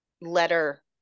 letter